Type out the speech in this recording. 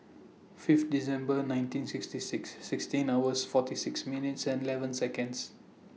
five December nineteen sixty six sixteen hours forty six minutes and eleven Seconds